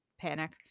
panic